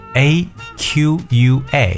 aqua